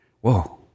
Whoa